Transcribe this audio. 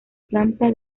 planta